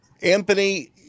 Anthony